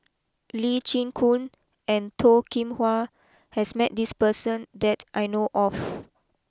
Lee Chin Koon and Toh Kim Hwa has met this person that I know of